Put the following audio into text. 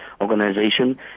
organization